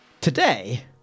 Today